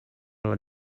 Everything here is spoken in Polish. lat